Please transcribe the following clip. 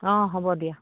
অঁ হ'ব দিয়া